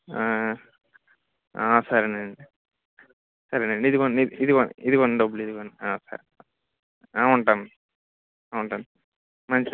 సరేను అండి సరేను అండి ఇదిగోండి ఇదిగో ఇదిగోండి డబ్బులు ఇదిగోండి సరే ఉంటాము ఉంటాను మంచిది